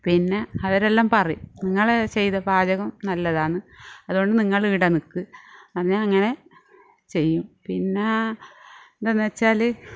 പിന്നെ അവരെല്ലാം പറയും നിങ്ങൾ ചെയ്ത പാചകം നല്ലതാന്ന് അതുകൊണ്ട് നിങ്ങൾ ഇവിടെ നിൽക്ക് ഞാൻ അങ്ങനെ ചെയ്യും പിന്നെ എന്താന്ന് വെച്ചാൽ